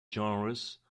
genres